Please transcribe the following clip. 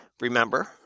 remember